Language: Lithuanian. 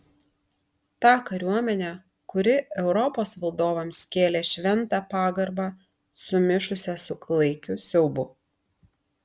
tą kariuomenę kuri europos valdovams kėlė šventą pagarbą sumišusią su klaikiu siaubu